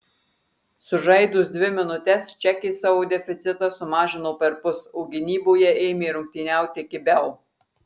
sužaidus dvi minutes čekės savo deficitą sumažino perpus o gynyboje ėmė rungtyniauti kibiau